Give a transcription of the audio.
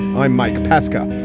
i'm mike pesca.